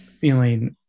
feeling